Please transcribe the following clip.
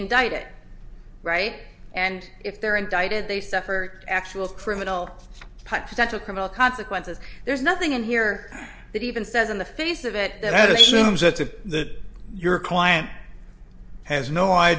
indicted right and if they're indicted they suffer actual criminal potential criminal consequences there's nothing in here that even says in the face of it that assumes that to your client has no i